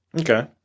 okay